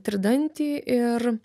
tridantį ir